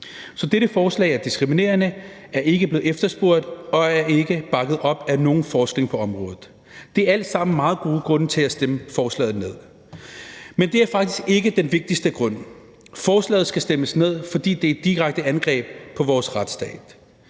Så dette forslag er diskriminerende, det er ikke blevet efterspurgt, og det er ikke bakket op af nogen forskning på området. Det er alt sammen meget gode grunde til at stemme forslaget ned. Men det er faktisk ikke den vigtigste grund. Forslaget skal stemmes ned, fordi det er direkte angreb på vores retsstat.